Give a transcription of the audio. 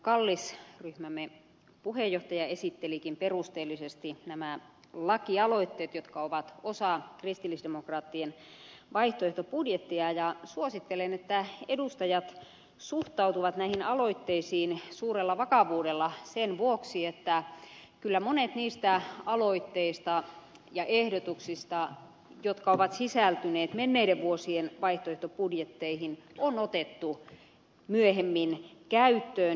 kallis ryhmämme puheenjohtaja esittelikin perusteellisesti nämä lakialoitteet jotka ovat osa kristillisdemokraattien vaihtoehtobudjettia ja suosittelen että edustajat suhtautuvat näihin aloitteisiin suurella vakavuudella sen vuoksi että kyllä monet niistä aloitteista ja ehdotuksista jotka ovat sisältyneet menneiden vuosien vaihtoehtobudjetteihin on otettu myöhemmin käyttöön